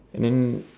and then